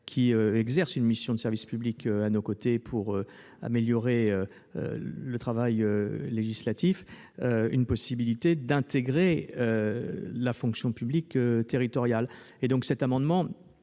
qui exercent une mission de service public à nos côtés, pour améliorer le travail législatif, d'avoir la possibilité d'intégrer la fonction publique territoriale. Cet amendement